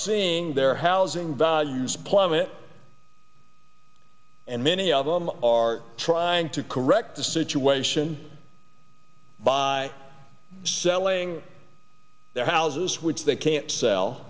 seeing their housing values plummet and many of them are trying to correct the situation by selling their houses which they can't sell